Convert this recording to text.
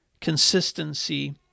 consistency